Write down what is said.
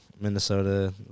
Minnesota